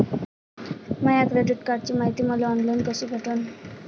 माया credit कार्डची मायती मले ऑनलाईन कसी भेटन?